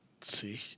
See